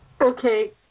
Okay